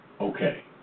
Okay